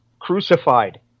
crucified